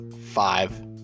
five